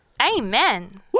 Amen